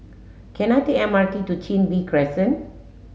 can I take M R T to Chin Bee Crescent